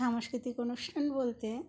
সাংস্কৃতিক অনুষ্ঠান বলতে